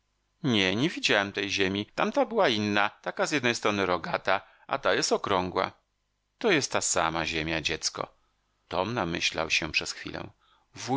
nie nie widziałem tej ziemi tamta była inna taka z jednej strony rogata a ta jest okrągła to jest ta sama ziemia dziecko tom namyślał się przez chwilę wuju